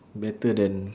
better than